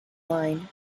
line